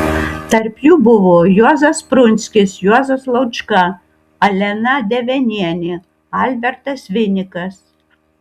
tarp jų buvo juozas prunskis juozas laučka alena devenienė albertas vinikas